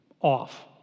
off